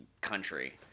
country